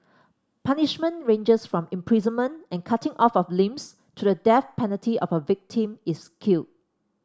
punishment ranges from imprisonment and cutting off of limbs to the death penalty of a victim is killed